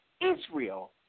Israel